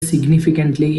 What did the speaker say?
significantly